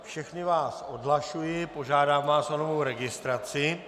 Všechny vás odhlašuji a požádám vás o novou registraci.